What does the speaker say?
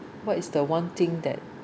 what is the one thing that